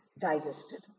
digested